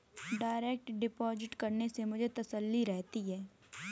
direct deposit करने से मुझे तसल्ली रहती है